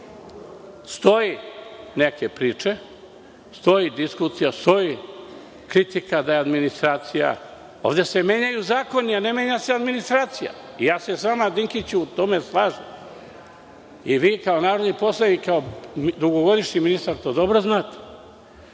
stoje neke priče. Stoji diskusija, stoji kritika da je administracija… Ovde se menjaju zakoni, a ne administracija. Ja se s vama, Dinkiću, u tome slažem i vi kao narodni poslanik i kao dugogodišnji ministar to dobro znate.